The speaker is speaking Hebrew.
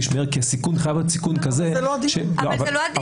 כי הסיכון חייב להיות סיכון כזה --- אבל זה לא הדיון.